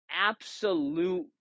absolute